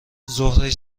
ظهرش